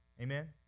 Amen